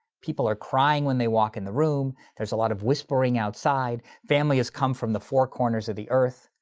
people are crying when they walk in the room. there's a lot of whispering outside. family has come from the four corners of the earth.